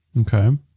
Okay